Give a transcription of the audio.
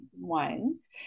Wines